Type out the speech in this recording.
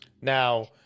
now